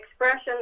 expression